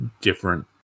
different